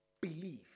Believe